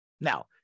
Now